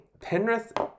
Penrith